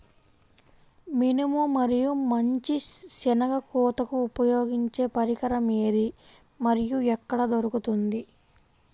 మినుము మరియు మంచి శెనగ కోతకు ఉపయోగించే పరికరం ఏది మరియు ఎక్కడ దొరుకుతుంది?